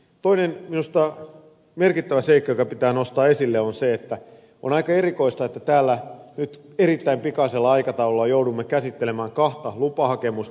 toinen minusta merkittävä seikka joka pitää nostaa esille on se että on aika erikoista että täällä nyt erittäin pikaisella aikataululla joudumme käsittelemään kahta lupahakemusta